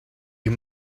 you